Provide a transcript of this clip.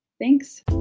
thanks